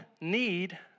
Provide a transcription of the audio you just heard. need